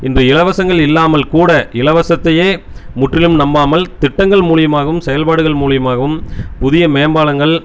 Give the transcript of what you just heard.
இந்த இலவசங்கள் இல்லாமல் கூட இலவசத்தையே முற்றிலும் நம்பாமல் திட்டங்கள் மூலியமாகவும் செயல்பாடுகள் மூலியமாகவும் புதிய மேம்பாலங்கள்